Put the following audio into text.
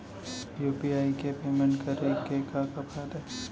UPI से payment करे के का का फायदा हे?